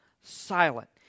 silent